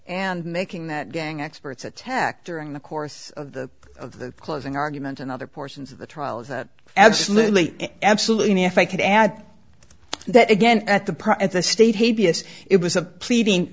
and making that gang experts attack during the course of the of the closing argument and other portions of the trial that absolutely absolutely if i could add that again at the price at the state hey b s it was a pleading